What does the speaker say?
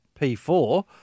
P4